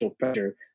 pressure